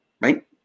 right